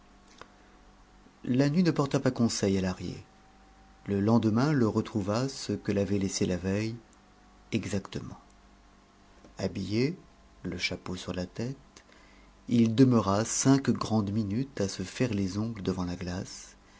la nuit ne porta pas conseil à lahrier le lendemain le retrouva ce que l'avait laissé la veille exactement habillé le chapeau sur la tête il demeura cinq grandes minutes à se faire les ongles devant la glace